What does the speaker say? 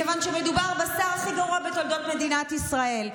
מכיוון שמדובר בשר הכי גרוע בתולדות מדינת ישראל,